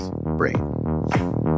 brain